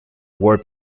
war